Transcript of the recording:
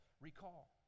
recall